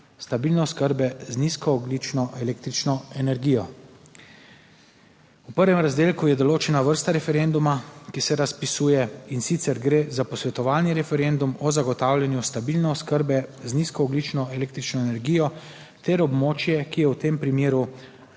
stabilne oskrbe z nizko ogljično električno energijo. V prvem razdelku je določena vrsta referenduma, ki se razpisuje, in sicer gre za posvetovalni referendum o zagotavljanju stabilne oskrbe z nizko ogljično, električno energijo ter območje, ki je v tem primeru